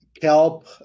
Kelp